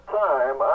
time